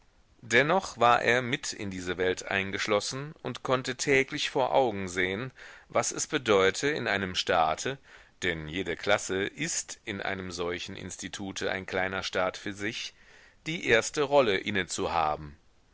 dennoch war er mit in diese welt eingeschlossen und konnte täglich vor augen sehen was es bedeute in einem staate denn jede klasse ist in einem solchen institute ein kleiner staat für sich die erste rolle inne zu haben